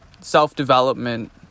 self-development